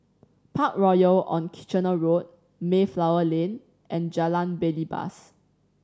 Parkroyal on Kitchener Road Mayflower Lane and Jalan Belibas